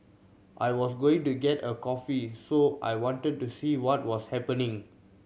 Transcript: I was going to get a coffee so I wanted to do see what was happening